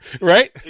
Right